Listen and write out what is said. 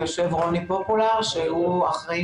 ורוני פופולר האחראי,